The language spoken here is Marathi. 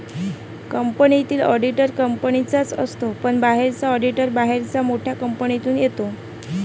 कंपनीतील ऑडिटर कंपनीचाच असतो पण बाहेरचा ऑडिटर बाहेरच्या मोठ्या कंपनीतून येतो